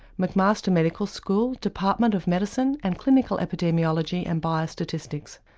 mcmaster medical school, department of medicine and clinical epidemiology and biostatistics.